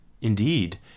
Indeed